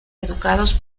educados